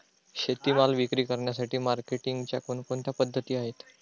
शेतीमाल विक्री करण्यासाठी मार्केटिंगच्या कोणकोणत्या पद्धती आहेत?